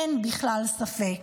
אין בכלל ספק,